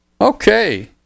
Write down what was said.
Okay